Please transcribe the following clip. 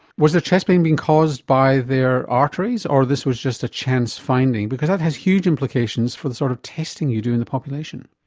was their chest pain being caused by their arteries, or this was just a chance finding? because that has huge implications for the sort of testing you do in the population.